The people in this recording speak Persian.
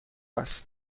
است